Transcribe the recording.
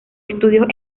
estudios